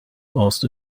asked